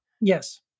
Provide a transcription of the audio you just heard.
Yes